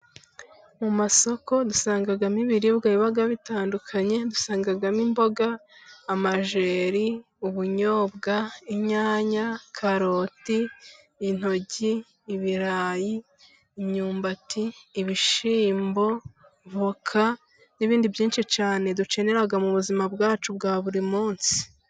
Mu masoko dusangagamo ibiribwa biba bitandukanye, dusangamo imboga, amajyeri, ubunyobwa, inyanya, karoti, intoryi, ibirayi, imyumbatii, bishyimbo, voka, n'ibindi byinshi cyane dukenera, mu buzima bwacu bwa buri munsi.